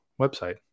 website